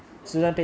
okay